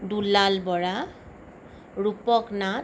Dulal Bora Rupak Nath